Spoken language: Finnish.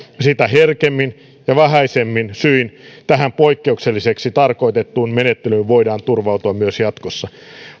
sitä herkemmin ja vähäisemmin syin tähän poikkeukselliseksi tarkoitettuun menettelyyn voidaan turvautua myös jatkossa